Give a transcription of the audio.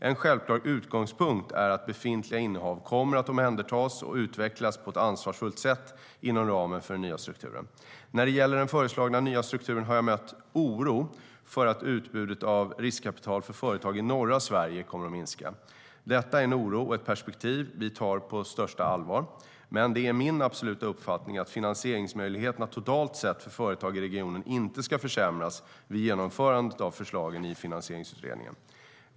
En självklar utgångspunkt är att befintliga innehav kommer att omhändertas och utvecklas på ett ansvarsfullt sätt inom ramen för den nya strukturen. När det gäller den föreslagna nya strukturen har jag mött en oro för att utbudet av riskkapital för företag i norra Sverige kommer att minska. Detta är en oro och ett perspektiv vi tar på största allvar. Men det är min absoluta uppfattning att finansieringsmöjligheterna totalt sett för företag i regionen inte ska försämras vid genomförandet av förslagen från Finansieringsutredningen.